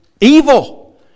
evil